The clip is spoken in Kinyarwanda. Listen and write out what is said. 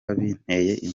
binteye